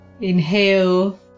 inhale